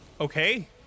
Okay